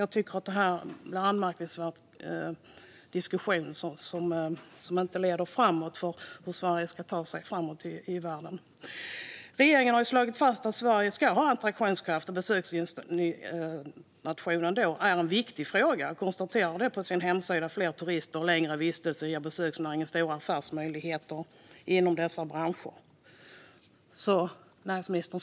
Jag tycker att det här är en anmärkningsvärd diskussion som inte leder till hur Sverige ska ta sig framåt i världen. Regeringen har slagit fast att Sveriges attraktionskraft som besöksdestination är en viktig fråga och konstaterar på sin hemsida att fler turister och längre vistelser ger besöksnäringen stora affärsmöjligheter inom dess olika branscher. Näringsministern!